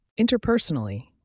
Interpersonally